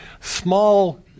small